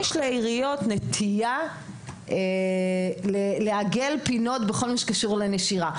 יש לעיריות נטייה לעגל פינות בכל מה שקשור לנשירה.